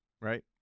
right